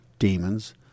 Demons